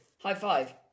High-five